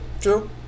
true